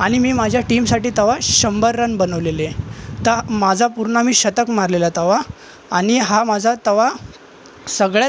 आणि मी माझ्या टीमसाठी तवा शंभर रन बनवलेले तर माझा पूर्ण मी शतक मारलेलं तवा आणि हां माझा तवा सगळ्यात